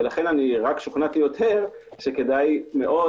לכן רק שוכנעתי יותר שכדאי מאוד